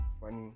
funny